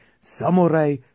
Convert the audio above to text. samurai